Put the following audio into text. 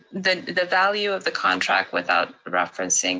the the value of the contract without referencing